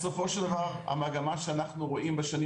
בסופו של דבר המגמה שאנחנו רואים בשנים